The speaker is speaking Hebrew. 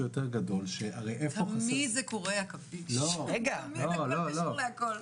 יותר גדול --- אבל תמיד הכול קשור להכול.